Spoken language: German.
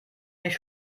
nicht